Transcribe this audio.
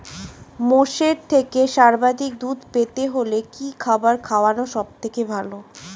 মোষের থেকে সর্বাধিক দুধ পেতে হলে কি খাবার খাওয়ানো সবথেকে ভালো?